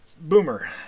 boomer